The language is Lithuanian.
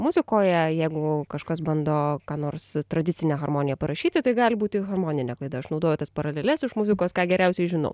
muzikoje jeigu kažkas bando ką nors tradicine harmonija parašyti tai gali būti harmoninė klaida aš naudoju tas paraleles iš muzikos ką geriausiai žinau